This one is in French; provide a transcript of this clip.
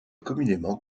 communément